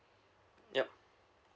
yup